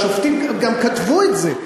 השופטים גם כתבו את זה.